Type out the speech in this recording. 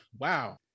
wow